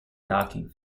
docking